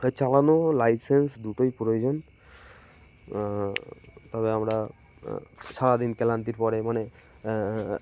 চালানো লাইসেন্স দুটোই প্রয়োজন তবে আমরা সারাদিন ক্লান্তির পরে মানে